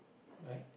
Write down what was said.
right